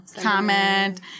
comment